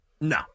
No